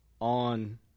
on